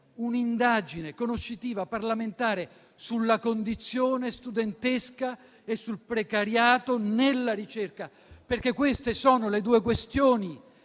un'indagine conoscitiva parlamentare sulla condizione studentesca e sul precariato nella ricerca, perché queste sono le due questioni